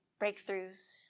breakthroughs